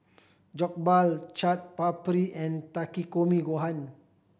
Jokbal Chaat Papri and Takikomi Gohan